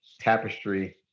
tapestry